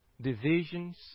Divisions